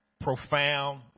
profound